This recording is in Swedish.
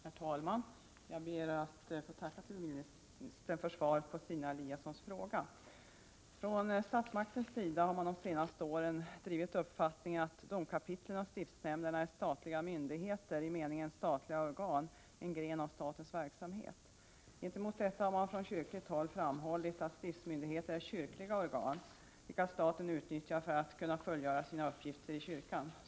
Herr talman! Jag ber att få tacka civilministern för svaret på Stina Eliassons fråga. Från statsmaktens sida har man de senaste åren drivit uppfattningen att domkapitlen och stiftsnämnderna är statliga myndigheter i meningen statliga organ, en gren av statens verksamhet. Gentemot detta har från kyrkligt håll framhållits att stiftsmyndigheterna är kyrkliga organ, vilka staten utnyttjar för att kunna fullgöra sina uppgifter i kyrkan.